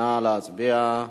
נא להצביע.